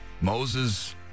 Moses